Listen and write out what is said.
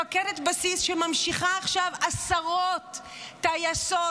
שממשיכה עכשיו עשרות טייסות,